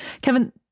Kevin